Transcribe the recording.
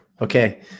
Okay